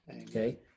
Okay